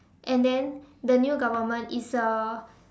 and then the new government is a